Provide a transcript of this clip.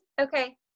okay